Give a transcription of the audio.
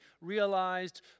realized